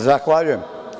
Zahvaljujem.